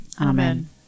Amen